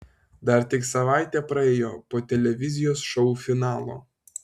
dar tik savaitė praėjo po televizijos šou finalo